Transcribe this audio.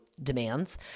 Demands